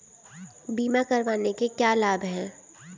बीमा करवाने के क्या क्या लाभ हैं?